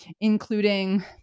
including